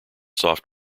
soft